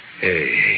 Hey